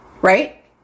Right